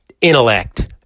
intellect